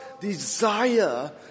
desire